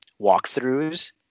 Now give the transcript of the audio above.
walkthroughs